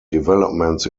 developments